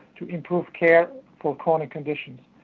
to improve care for chronic conditions.